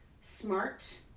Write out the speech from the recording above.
smart